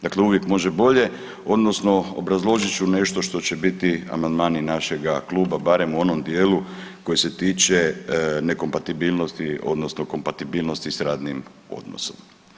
Dakle uvijek može bolje odnosno obrazložit ću nešto što će biti amandmani našega kluba barem u onom dijelu koji se tiče nekompatibilnosti odnosno kompatibilnosti s radnim odnosom.